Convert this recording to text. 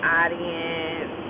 audience